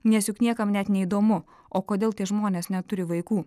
nes juk niekam net neįdomu o kodėl tie žmonės neturi vaikų